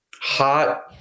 hot